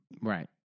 Right